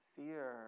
Fear